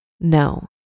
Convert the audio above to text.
No